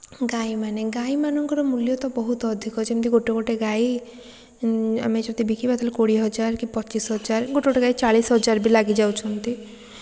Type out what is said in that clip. ଗାଈମାନେ ଗାଈମାନଙ୍କର ମୂଲ୍ୟ ତ ବହୁତ ଅଧିକ ଯେମିତି ଗୋଟେ ଗୋଟେ ଗାଈ ଆମେ ଯଦି ବିକିବା ତାହେଲେ କୋଡ଼ିଏ ହଜାର କି ପଚିଶ ହଜାର ଗୋଟେ ଗୋଟେ ଗାଈ ଚାଳିଶ ହଜାର ବି ଲାଗିଯାଉଛନ୍ତି